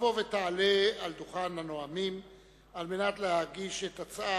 תבוא ותעלה על דוכן הנואמים כדי להגיש את ההצעה